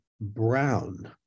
Brown